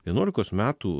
vienuolikos metų